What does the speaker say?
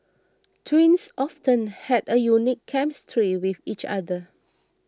twins often had a unique chemistry with each other